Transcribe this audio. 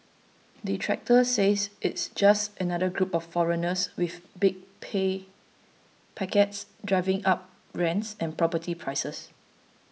detractors says it's just another group of foreigners with big pay packets driving up rents and property prices